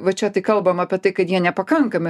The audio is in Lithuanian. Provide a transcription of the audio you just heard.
va čia tai kalbam apie tai kad jie nepakankami